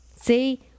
See